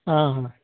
आ हा